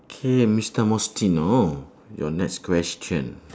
K mister mustino your next question